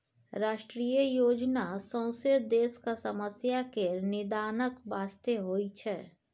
राष्ट्रीय योजना सौंसे देशक समस्या केर निदानक बास्ते होइ छै